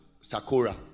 sakura